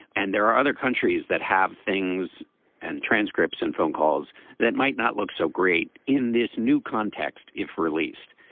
and there are other countries that have things and transcripts and phone calls that might not look so great in this new context if released.